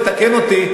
תקן אותי,